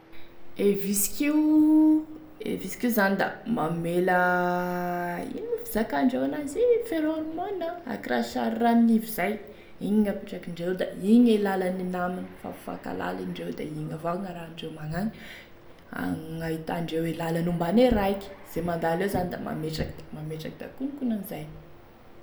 E visiky io e visiky io zany da mamela ino moa fizakandreo an'azy io moa ferrohormones akoraha sary ranonivy zay igny e apetraky ndreo teo da igny e lalane namany da mifankalala indreo da igny avao gn'arahandreo magnagny da igny avao ahitandreo e lala ombane raiky ze mandalo eo zany da mametraky da mametraky da akonakonan'izay.